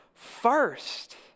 First